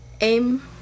aim